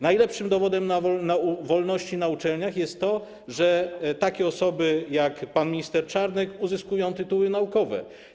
Najlepszym dowodem wolności na uczelniach jest to, że takie osoby jak pan minister Czarnek uzyskują tytuły naukowe.